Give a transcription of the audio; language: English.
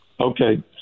Okay